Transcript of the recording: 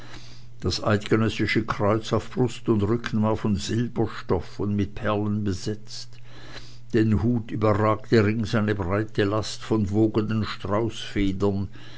das eidgenössische kreuz auf brust und rücken war von silberstoff und mit perlen besetzt den hut überragte rings eine breite last von wogenden straußfedern